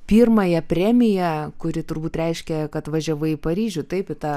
pirmąją premiją kuri turbūt reiškia kad važiavai į paryžių taip į tą